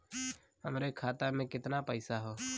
हमरे खाता में कितना पईसा हौ?